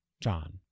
John